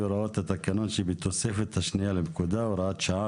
הוראות התקנון שבתוספת השנייה לפקודה) (הוראת שעה),